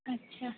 अच्छा